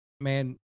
man